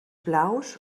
blaus